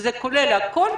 שזה כולל הכול,